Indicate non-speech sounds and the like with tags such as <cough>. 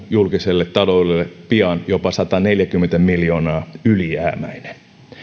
<unintelligible> julkiselle taloudelle pian jopa sataneljäkymmentä miljoonaa ylijäämäinen